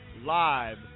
live